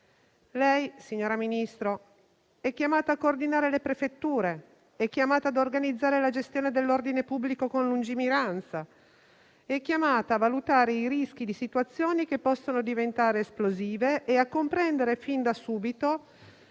Signora Ministro, lei è chiamata a coordinare le prefetture, a organizzare la gestione dell'ordine pubblico con lungimiranza; è chiamata a valutare i rischi di situazioni che possono diventare esplosive e a comprendere fin da subito